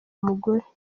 umugore